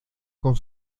con